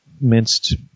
minced